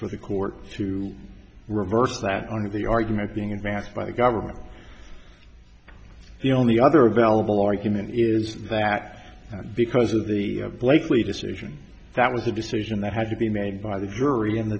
for the court to reverse that one of the arguments being advanced by the government the only other available argument is that because of the blakely decision that was a decision that had to be made by the jury and